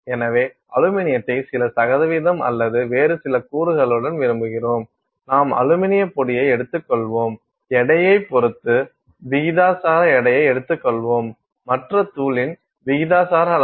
எனவே அலுமினியத்தை சில சதவிகிதம் அல்லது வேறு சில கூறுகளுடன் விரும்புகிறோம் நாம் அலுமினியப் பொடியை எடுத்துக்கொள்வோம் எடையைப் பொறுத்து விகிதாசார எடையை எடுத்துக்கொள்வோம் மற்ற தூளின் விகிதாசார அளவை எடுத்து பின்னர் அவற்றைக் கலக்கலாம்